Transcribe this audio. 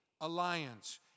alliance